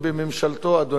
אדוני השר בגין.